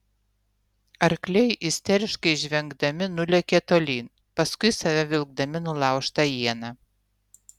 arkliai isteriškai žvengdami nulėkė tolyn paskui save vilkdami nulaužtą ieną